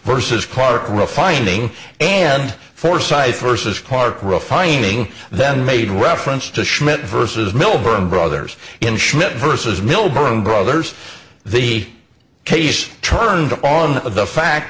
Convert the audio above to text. versus park refining and foresight first as park refining then made reference to schmidt versus milburn brothers in schmidt versus millburn brothers the case turned on the fact